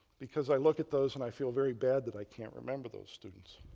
because i look at those and i feel very bad that i can't remember those students.